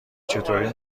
چطوری